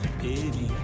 baby